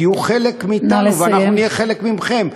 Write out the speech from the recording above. תהיו חלק מאתנו ואנחנו נהיה חלק מכם.